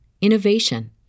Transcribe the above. innovation